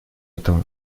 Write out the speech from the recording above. этого